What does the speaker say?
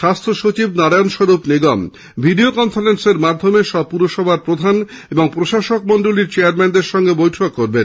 স্বাস্থ্য সচিব নারায়ণ স্বরূপ নিগম ভিডিও কনফারেন্সের মাধ্যমে সব পুরসভার প্রধান ও প্রশাসকমন্ডলীর চেয়ারম্যানদের সঙ্গে বৈঠক করবেন